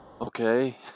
okay